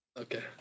Okay